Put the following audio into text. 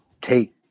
take